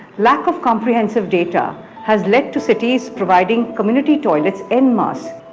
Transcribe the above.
lack of comprehensive data has led to cities providing community toilets en masse.